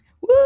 Woo